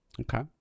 Okay